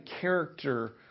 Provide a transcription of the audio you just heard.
character